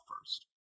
first